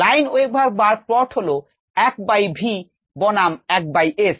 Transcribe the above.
Lineweaver burke plot হল এক by v বনাম এক বাই s